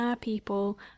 people